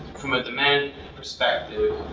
from a demand perspective,